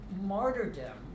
martyrdom